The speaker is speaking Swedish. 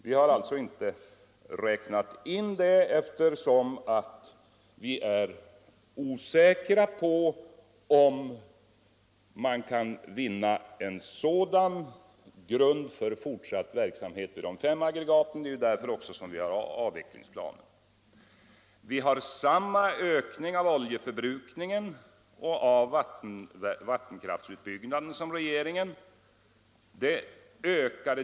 Vi har alltså inte räknat in kärnkraften, eftersom vi är osäkra på om man kan finna en grund för fortsatt verksamhet med de fem aggregaten. Det är också därför som vi vill ha en avvecklingsplan. Vi har samma ökning av oljeförbrukningen och av vattenkraftsutbyggnaden som regeringen.